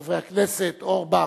חברי הכנסת אורבך,